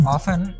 Often